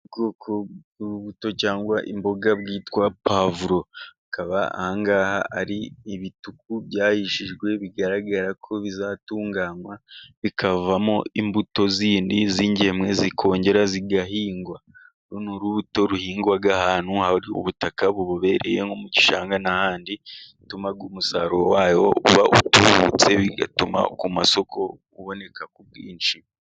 Ubwoko bw'urubuto cyangwa imboga bwitwa pavuro, akaba aha ngaha ari ibituku byahishijwe ,bigaragara ko bizatunganywa bikavamo imbuto zindi z'ingemwe zikongera zigahingwa. Runo rubuto ruhingwa ahantu ubutaka bububereye mu gishanga n'ahandi, bituma umusaruro wayo uba utubutse, bigatuma ku masoko uboneka ku bwinshi.